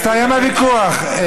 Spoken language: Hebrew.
הסתיים הוויכוח.